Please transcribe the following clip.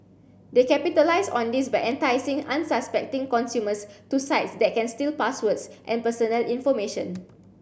they capitalise on this by enticing unsuspecting consumers to sites that can steal passwords and personal information